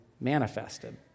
manifested